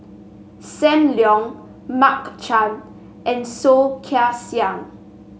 Sam Leong Mark Chan and Soh Kay Siang